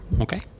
Okay